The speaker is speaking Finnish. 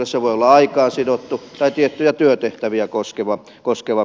se voi olla aikaan sidottu tai tiettyjä työtehtäviä koskeva peruste